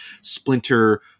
splinter